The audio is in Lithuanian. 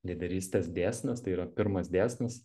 lyderystės dėsnis tai yra pirmas dėsnis